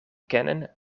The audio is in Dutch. kennen